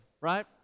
right